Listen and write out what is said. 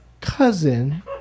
cousin